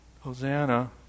Hosanna